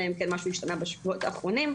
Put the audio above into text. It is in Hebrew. אלא אם כן משהו השתנה בשבועות האחרונים.